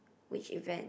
which event